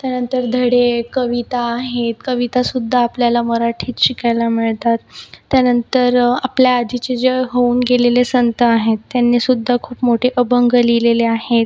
त्यानंतर धडे कविता आहेत कवितासुद्धा आपल्याला मराठीत शिकायला मिळतात त्यानंतर आपल्या आदीचे जे होऊन गेलेले संत आहेत त्यांनीसुद्धा खूप मोठे अभंग लिहिलेले आहेत